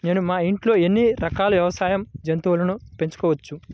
నేను మా ఇంట్లో ఎన్ని రకాల వ్యవసాయ జంతువులను పెంచుకోవచ్చు?